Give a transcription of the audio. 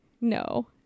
No